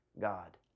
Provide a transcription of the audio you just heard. God